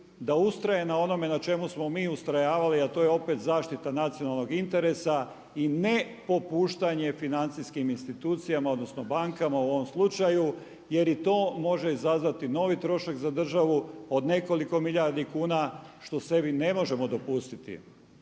da ustraje na onome na čemu smo mi ustrajavali a to je opet zaštita nacionalnog interesa i ne popuštanje financijskim institucijama odnosno bankama u ovom slučaju jer i to može izazvati novi trošak za državu od nekoliko milijardi kuna što sebi ne možemo dopustiti.